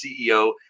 CEO